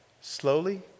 slowly